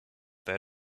their